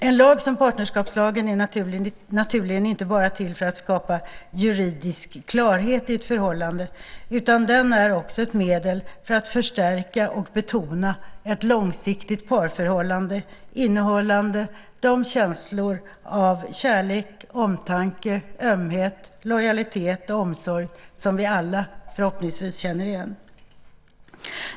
En lag som partnerskapslagen är naturligtvis inte till bara för att skapa juridisk klarhet i ett förhållande. Den är också ett medel för att förstärka och betona ett långsiktigt parförhållande innehållande de känslor av kärlek, omtanke, ömhet, lojalitet och omsorg som vi alla förhoppningsvis känner igen.